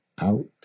Out